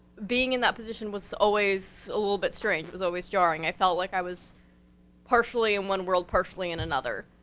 being in that position was always a little bit strange, it was always jarring, i felt like i was partially in one world, partially in another.